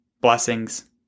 Blessings